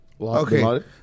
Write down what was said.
Okay